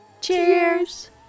cheers